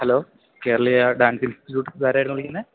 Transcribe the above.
hello Keraleeya dance institute ഇതാരായിരുന്നു വിളിക്കുന്നത്